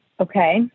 Okay